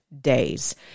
days